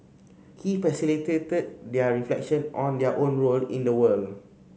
he facilitated their reflection on their own role in the world